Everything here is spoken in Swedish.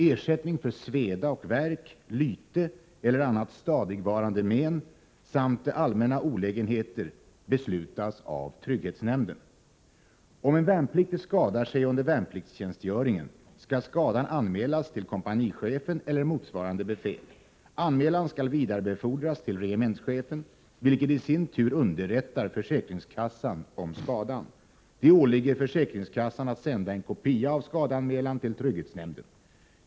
Ersättning för sveda och värk, lyte eller annat stadigvarande men samt allmänna olägenheter beslutas av trygghetsnämnden. Om en värnpliktig skadar sig under värnpliktstjänstgöringen, skall skadan anmälas till kompanichefen eller motsvarande befäl. Anmälan skall vidarebefordras till regementschefen, vilken i sin tur underrättar försäkringskassan om skadan. Det åligger försäkringskassan att sända en kopia av skadeanmälan till trygghetsnämnden.